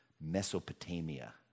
Mesopotamia